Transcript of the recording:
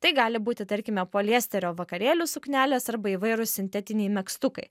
tai gali būti tarkime poliesterio vakarėlių suknelės arba įvairūs sintetiniai megztukai